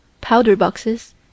powder-boxes